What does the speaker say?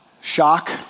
Shock